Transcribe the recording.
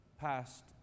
passed